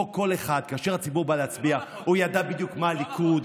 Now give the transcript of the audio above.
פה, כל אחד, כאשר הציבור בא להצביע, זה לא נכון.